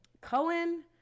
cohen